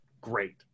great